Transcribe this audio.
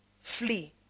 Flee